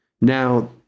Now